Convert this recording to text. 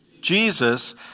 Jesus